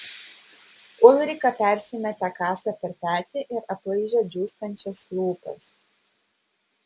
ulrika persimetė kasą per petį ir aplaižė džiūstančias lūpas